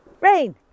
Rain